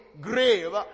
grave